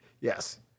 Yes